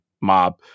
mob